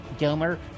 Gilmer